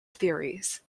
theories